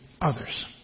others